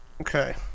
Okay